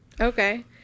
Okay